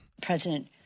President